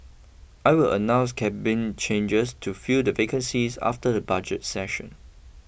I will announce Cabinet changes to fill the vacancies after the budget session